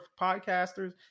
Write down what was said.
podcasters